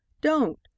Don't